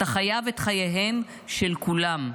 אתה חייב את חייהם של כולם.